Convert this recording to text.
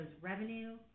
revenue